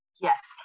yes